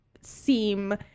seem